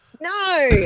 No